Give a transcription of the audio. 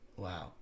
Wow